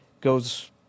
goes